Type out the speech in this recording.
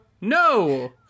No